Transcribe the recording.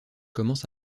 commence